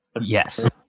Yes